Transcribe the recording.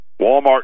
Walmart